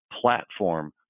platform